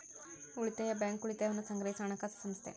ಉಳಿತಾಯ ಬ್ಯಾಂಕ್, ಉಳಿತಾಯವನ್ನ ಸಂಗ್ರಹಿಸೊ ಹಣಕಾಸು ಸಂಸ್ಥೆ